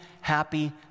happy